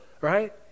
right